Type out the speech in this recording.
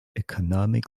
economic